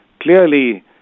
clearly